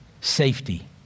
Safety